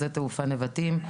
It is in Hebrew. שדה תעופה נבטים,